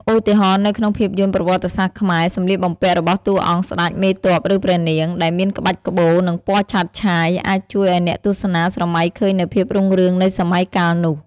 ឧទាហរណ៍ នៅក្នុងភាពយន្តប្រវត្តិសាស្ត្រខ្មែរ សម្លៀកបំពាក់របស់តួអង្គស្តេច មេទ័ព ឬព្រះនាង ដែលមានក្បាច់ក្បូរ និងពណ៌ឆើតឆាយ អាចជួយឱ្យអ្នកទស្សនាស្រមៃឃើញនូវភាពរុងរឿងនៃសម័យកាលនោះ ។